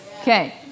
Okay